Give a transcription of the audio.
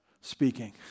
speaking